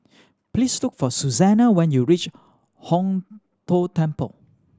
please look for Susanna when you reach Hong Tho Temple